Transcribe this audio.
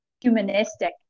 humanistic